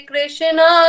Krishna